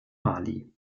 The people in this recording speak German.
mali